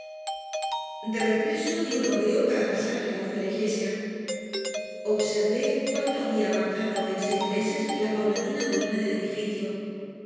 de regreso di un rodeo para pasar al lado de la iglesia observé cuánto había avanzado en seis meses la paulatina ruina del edificio